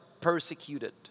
persecuted